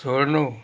छोडनु